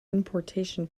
importation